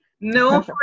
No